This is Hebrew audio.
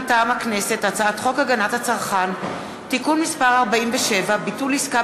מטעם הכנסת: הצעת חוק הגנת הצרכן (תיקון מס' 47) (ביטול עסקה